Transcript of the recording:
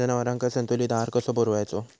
जनावरांका संतुलित आहार कसो पुरवायचो?